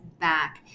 back